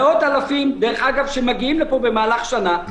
יש מאות אלפים שמגיעים לפה במהלך השנה,